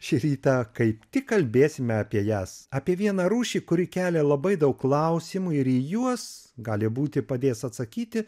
šį rytą kaip tik kalbėsime apie jas apie vieną rūšį kuri kelia labai daug klausimų ir į juos gali būti padės atsakyti